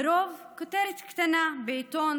לרוב זו כותרת קטנה בעיתון,